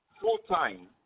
Full-time